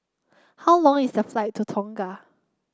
how long is the flight to Tonga